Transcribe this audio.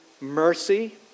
mercy